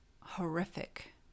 horrific